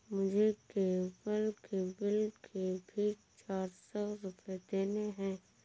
मुझे केबल के बिल के भी चार सौ रुपए देने हैं